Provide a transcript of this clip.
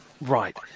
Right